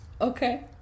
Okay